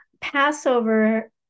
Passover